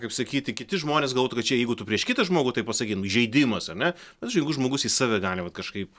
kaip sakyti kiti žmonės galvotų kad čia jeigu tu prieš kitą žmogų tai pasakytum įžeidimas ar ne pavyzdžiui jeigu žmogus į save gali vat kažkaip